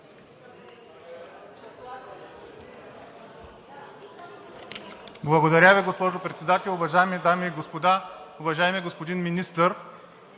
Благодаря Ви, госпожо Председател. Уважаеми дами и господа! Уважаеми господин Министър,